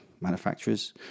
manufacturers